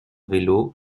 vélo